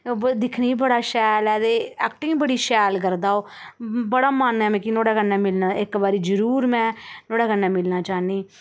अ ब दिक्खने ई बड़ा शैल ऐ ते एक्टिंग बड़ी शैल करदा ओह् बड़ा मन ऐ मिगी नुहाड़े कन्नै मिलने दा इक बारी जरूर में नुहाड़े कन्नै मिलना चाह्न्नी